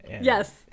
yes